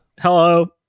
Hello